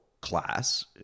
class